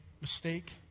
mistake